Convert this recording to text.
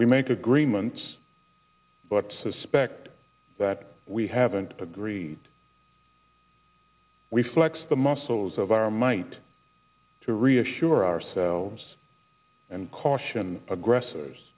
we make agreements but suspect that we haven't agreed we flex the muscles of our might to reassure ourselves and caution aggressors